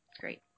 great